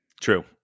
True